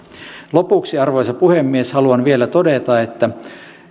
lopuksi arvoisa puhemies haluan vielä todeta että